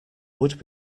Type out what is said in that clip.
would